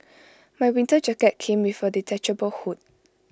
my winter jacket came with A detachable hood